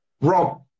Rob